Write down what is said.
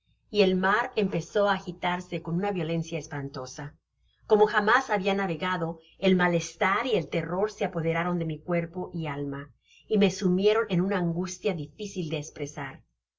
y el mar empezó á agitarse con una violencia espantosa como jamás habia navegado el malestar y el terror se apoderaron de mi cuerpo y alma y me sumieron en una angustia difícil de espresar